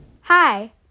Hi